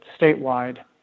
statewide